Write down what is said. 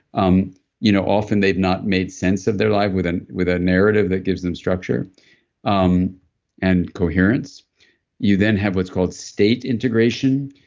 um you know often they've not made sense of their life with and with a narrative that gives them structure um and coherence you then have what's called state integration,